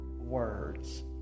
words